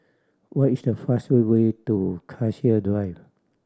what is the fastest way to Cassia Drive